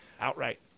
Outright